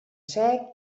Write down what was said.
sec